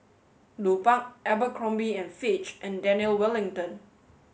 Lupark Abercrombie and Fitch and Daniel Wellington